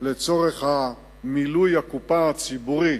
מילוי הקופה הציבורית,